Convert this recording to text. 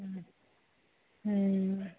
ହୁଁ ହୁଁ